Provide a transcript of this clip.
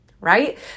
right